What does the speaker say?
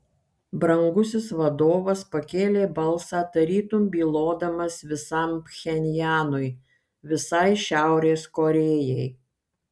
brangusis vadovas pakėlė balsą tarytum bylodamas visam pchenjanui visai šiaurės korėjai